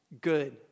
Good